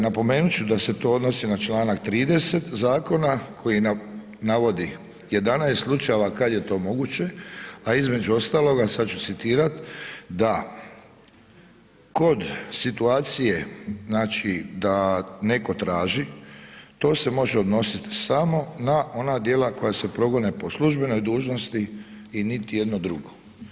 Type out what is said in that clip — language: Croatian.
Napomenut ću da se to odnosi na Članak 30. zakona koji navodi 11 slučajeva kad je to moguće, a između ostaloga sad ću citirat, da kod situacije znači da netko traži to se može odnositi samo na ona djela koja se progone po službenoj dužnosti i niti jedno drugo.